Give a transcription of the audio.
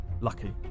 Lucky